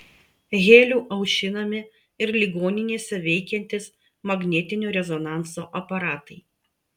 heliu aušinami ir ligoninėse veikiantys magnetinio rezonanso aparatai